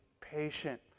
patient